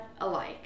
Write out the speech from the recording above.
alike